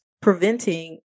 preventing